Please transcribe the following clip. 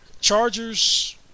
Chargers